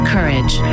Courage